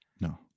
No